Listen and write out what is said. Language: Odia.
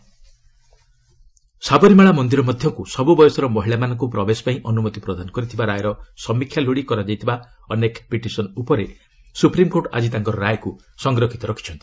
ଏସସି ସାବରୀମାଳା ସାବରୀମାଳା ମନ୍ଦିର ମଧ୍ୟକୁ ସବୁ ବୟସର ମହିଳାମାନଙ୍କୁ ପ୍ରବେଶ ପାଇଁ ଅନ୍ଦ୍ରମତି ପ୍ରଦାନ କରିଥିବା ରାୟର ସମୀକ୍ଷା ଲୋଡି କରାଯାଇଥିବା ଅନେକ ପିଟିସନ ଉପରେ ସୁପ୍ରିମକୋର୍ଟ ଆଜି ତାଙ୍କର ରାୟକୁ ସଂରକ୍ଷିତ ରଖିଛନ୍ତି